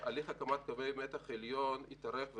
הליך הקמת קווי מתח עליון התארך,